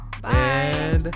Bye